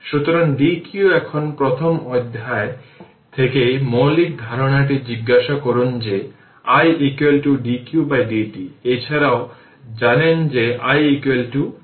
সুতরাং d q এখন প্রথম অধ্যায় থেকেই মৌলিক ধারণাটি জিজ্ঞাসা করুন যে i dqdt এছাড়াও জানেন যে i dqdt